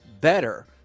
better